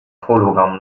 hologramm